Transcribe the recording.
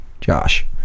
Josh